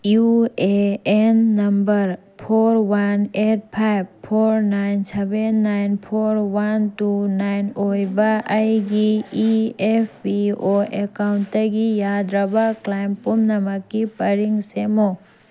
U A N number four one eight five four nine seven nine four one two nine ꯑꯣꯏꯕ ꯑꯩꯒꯤ E F P O ꯑꯦꯀꯥꯎꯟꯇꯒꯤ ꯌꯥꯗ꯭ꯔꯕ claim ꯄꯨꯝꯅꯃꯛꯀꯤ ꯄꯔꯤꯡ ꯁꯦꯝꯃꯨ